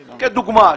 לדוגמה,